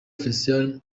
félicien